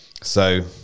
So-